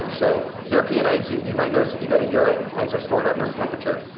um so european eggs you you might notice if you go to europe, eggs are stored at room temperature,